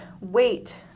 wait